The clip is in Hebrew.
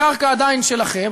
הקרקע עדיין שלכם,